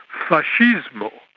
fascismo,